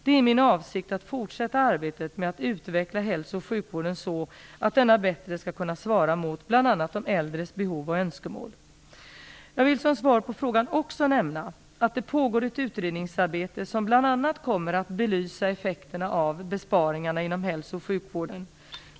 Det är min avsikt att fortsätta arbetet med att utveckla hälsooch sjukvården så att denna bättre skall kunna svara mot bl.a. de äldres behov och önskemål. Jag vill som svar på frågan också nämna att det pågår ett utredningsarbete som bl.a. kommer att belysa effekterna av besparingarna inom hälso och sjukvården.